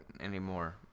anymore